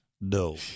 No